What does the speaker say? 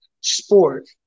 sport